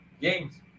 games